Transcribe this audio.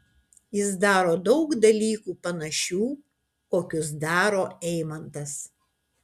jis daro daug dalykų panašių kokius daro eimantas